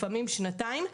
לפעמים שנתיים,